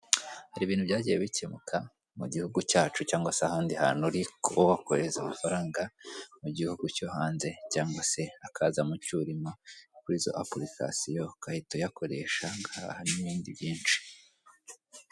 Hari ibintu byagiye bikemuka mu gihugu cyacu cyangwa se ahandi hantu uri kuba wakoreraza amafaranga mu gihugu cyo hanze cyangwa se akaza mucyo urimo kuri izo apulikasiyo, ugahita uyakoreshagaha ugahaha n'ibindi byinshi.